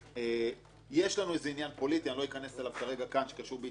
יש לנו ענין פוליטי לא אכנס אליו כאן כרגע שקשור בהתנהלווית